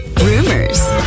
rumors